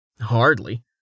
Hardly